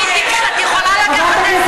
את יכולה לקחת איזה